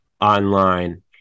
online